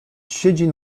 siedzi